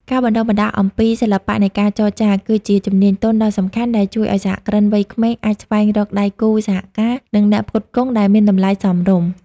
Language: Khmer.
ការបណ្ដុះបណ្ដាលអំពី "សិល្បៈនៃការចរចា" គឺជាជំនាញទន់ដ៏សំខាន់ដែលជួយឱ្យសហគ្រិនវ័យក្មេងអាចស្វែងរកដៃគូសហការ និងអ្នកផ្គត់ផ្គង់ដែលមានតម្លៃសមរម្យ។